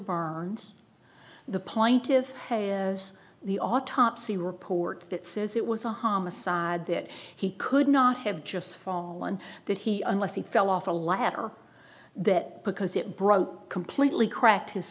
barnes the plaintiff's as the autopsy report that says it was a homicide that he could not have just fallen that he unless he fell off a ladder that because it broke completely cracked his